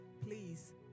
please